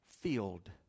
Field